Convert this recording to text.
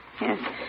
Yes